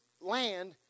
land